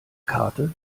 karte